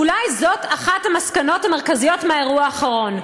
ואולי זאת אחת המסקנות המרכזיות מהאירוע האחרון: